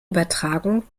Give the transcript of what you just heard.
übertragung